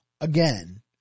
Again